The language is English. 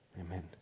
Amen